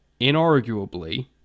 inarguably